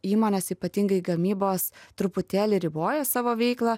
įmonės ypatingai gamybos truputėlį riboja savo veiklą